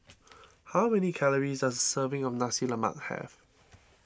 how many calories does a serving of Nasi Lemak have